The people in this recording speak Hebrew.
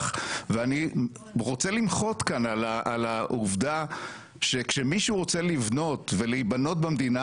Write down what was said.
ואני רוצה למחות כאן על העובדה שכשמישהו רוצה לבנות ולהיבנות במדינה